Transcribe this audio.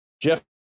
Jeff